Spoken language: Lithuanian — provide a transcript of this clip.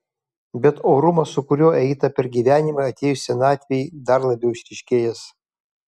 bet orumas su kuriuo eita per gyvenimą atėjus senatvei dar labiau išryškėjęs